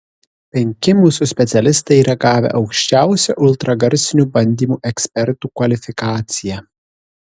penki mūsų specialistai yra gavę aukščiausią ultragarsinių bandymų ekspertų kvalifikaciją